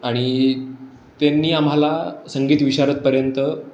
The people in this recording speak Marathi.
आणि त्यांनी आम्हाला संगीत विशारदपर्यंत